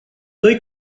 doi